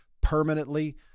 permanently